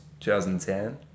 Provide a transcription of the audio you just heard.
2010